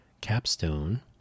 capstone